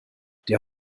der